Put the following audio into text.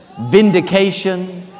vindication